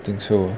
I think so